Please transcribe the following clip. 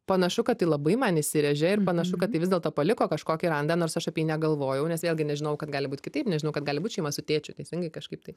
panašu kad tai labai man įsirėžė ir panašu kad tai vis dėlto paliko kažkokį randą nors aš apie jį negalvojau nes vėlgi nežinojau kad gali būt kitaip nežinau kad gali būti šeima su tėčiu teisingai kažkaip taip